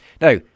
Now